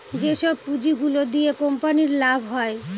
যেসব পুঁজি গুলো দিয়া কোম্পানির লাভ হয়